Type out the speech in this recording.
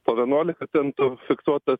po vienuolika centų fiksuotas